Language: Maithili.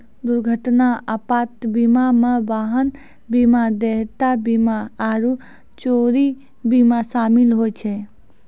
दुर्घटना आपात बीमा मे वाहन बीमा, देयता बीमा आरु चोरी बीमा शामिल होय छै